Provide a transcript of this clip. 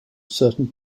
certain